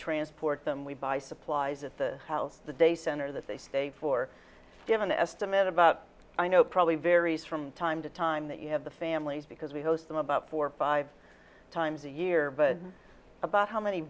transport them we buy supplies at the house the day center that they stay for give an estimate about i know probably varies from time to time that you have the families because we host them about four or five times a year but about how many